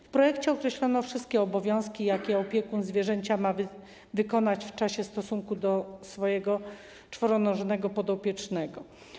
W projekcie określono wszystkie obowiązki, jakie opiekun zwierzęcia ma wykonać w stosunku do swojego czworonożnego podopiecznego.